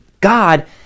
God